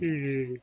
ಈ